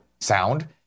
sound